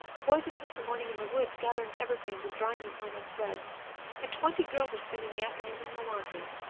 the boys have spent the morning in the woods, gathering evergreens and drawing them home on sleds and twenty girls are spending the afternoon in the laundry,